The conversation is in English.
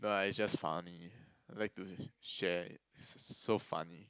no lah it's just funny like to share so so funny